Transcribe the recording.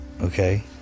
okay